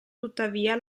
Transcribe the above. tuttavia